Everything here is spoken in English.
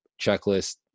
checklist